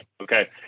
Okay